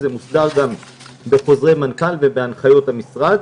זה מוסדר גם בחוזר מנכ"ל ובהנחיות המשרד.